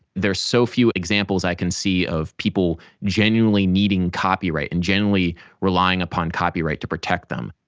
there are so few examples i can see of people genuinely needing copyright and genuinely relying upon copyright to protect them,